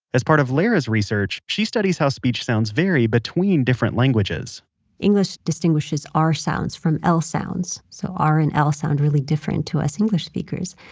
as part of lera's research, she studies how speech sounds vary between different languages english distinguishes r sounds from l sounds, so r and l sound really different to us english speakers,